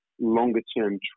longer-term